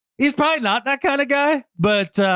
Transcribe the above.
he's probably not that kind of guy, but,